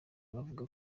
bavuga